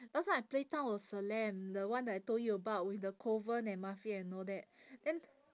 last time I play Town of Salem the one that I told you about with the coven and mafia and all that then